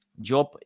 job